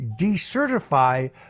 decertify